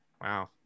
Wow